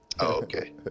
Okay